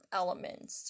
elements